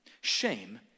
Shame